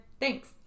thanks